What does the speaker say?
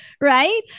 Right